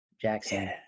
Jackson